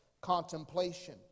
contemplation